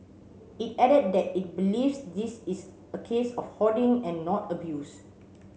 it added that it believes this is a case of hoarding and not abuse